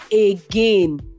again